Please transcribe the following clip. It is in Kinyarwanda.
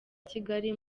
kigali